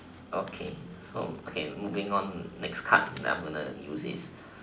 okay so okay moving on next card I am going to use is